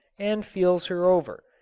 and feels her over,